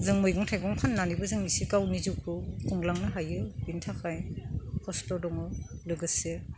जों मैगं थाइगं फाननानैबो जों एसे गावनि जिउखौ खुंलांनो हायो बेनि थाखाय खस्थ' दङ लोगोसे